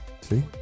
See